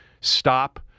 stop